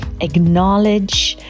acknowledge